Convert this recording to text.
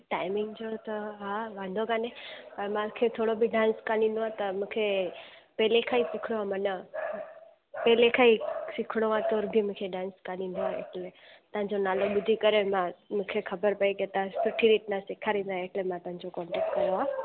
timing जो त हा वांदो कान्हे अ मूंखे थोरो बि डांस कान ईंदो आहे त मूंखे पहिले खां ई सिखणो माना पहिले खां ई सिखणो आहे तुर बि मूंखे डांस कान ईंदो आहे एट लीस्ट तव्हांजो नालो ॿुधी करे मां मूंखे ख़बर पई की तव्हां सुठी रीति सां सेखारींदा आहियो त मां तव्हांजो कॉन्टेक्ट कयो आहे